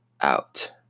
out